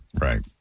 Right